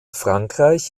frankreich